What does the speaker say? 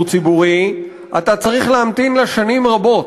ציבורי אתה צריך להמתין לה שנים רבות.